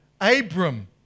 Abram